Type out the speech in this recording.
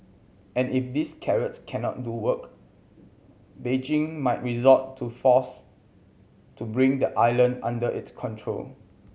and if these carrots can not do work Beijing might resort to force to bring the island under its control